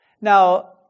Now